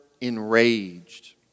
enraged